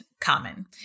common